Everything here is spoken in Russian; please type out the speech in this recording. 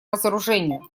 разоружению